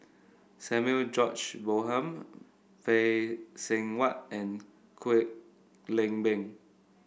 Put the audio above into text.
Samuel George Bonham Phay Seng Whatt and Kwek Leng Beng